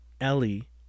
Ellie